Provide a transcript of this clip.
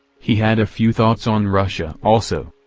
he had a few thoughts on russia also.